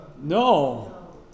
No